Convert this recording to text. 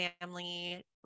family